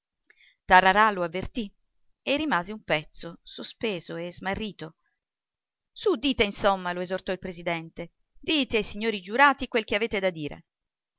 lo avvertì e rimase un pezzo sospeso e smarrito su dite insomma lo esortò il presidente dite ai signori giurati quel che avete da dire